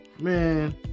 man